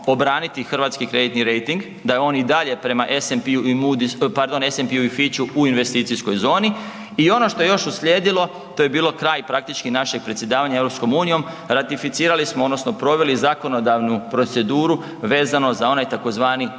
obraniti hrvatski kreditni rejting da je on i dalje prema SMP i Moody, pardon prema SMP i Fitchu u investicijskoj zoni i ono što je još uslijedilo to je bilo kraj praktički našeg predsjedavanja EU ratificirali smo odnosno proveli zakonodavnu proceduru vezano za onaj tzv.